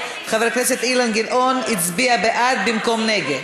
חבר הכנסת אילן גילאון הצביע בעד במקום נגד.